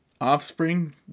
offspring